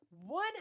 one